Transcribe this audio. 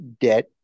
debt